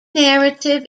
narrative